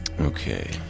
Okay